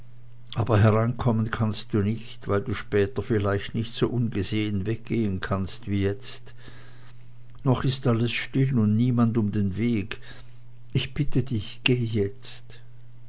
aber hereinkommen kannst du nicht weil du später vielleicht nicht so ungesehen weggehen kannst wie jetzt noch ist alles still und niemand um den weg ich bitte dich geh jetzt